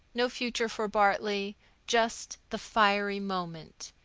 no future for bartley just the fiery moment.